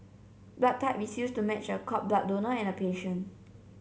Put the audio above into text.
blood type is used to match a cord blood donor and a patient